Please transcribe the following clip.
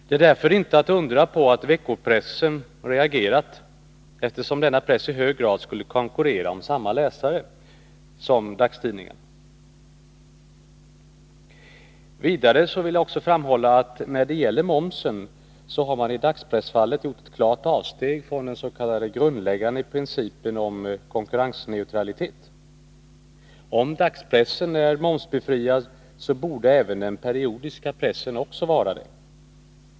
Det är därför inte att undra på att veckopressen reagerat, eftersom denna press i hög grad skall konkurrera om samma läsare som dagstidningarna. Vidare vill jag också framhålla att man, när det gäller momsen, i dagspressfallet har gjort ett klart avsteg från den grundläggande principen om konkurrensneutralitet. Om dagspress är momsbefriad, borde även den periodiska pressen vara det.